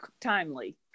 timely